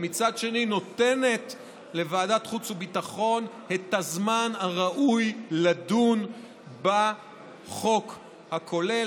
מצד שני היא נותנת לוועדת החוץ והביטחון את הזמן הראוי לדון בחוק הכולל.